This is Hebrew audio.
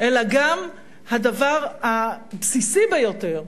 אלא גם הדבר הבסיסי ביותר,